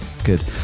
Good